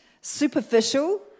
superficial